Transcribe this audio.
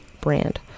brand